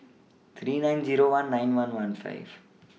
three nine Zero one nine one one five